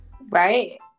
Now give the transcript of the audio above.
Right